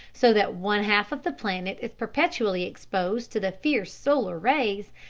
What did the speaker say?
so that one half of the planet is perpetually exposed to the fierce solar rays,